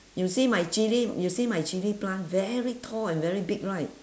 you see my chilli you see my chilli plant very tall and very big right